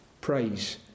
Praise